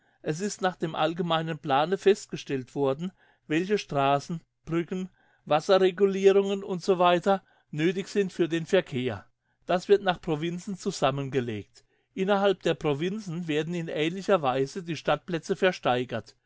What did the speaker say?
es ist nach dem allgemeinen plane festgestellt worden welche strassen brücken wasserregulirungen u s w nöthig sind für den verkehr das wird nach provinzen zusammengelegt innerhalb der provinzen werden in ähnlicher weise die stadtplätze versteigert